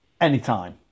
Anytime